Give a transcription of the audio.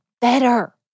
better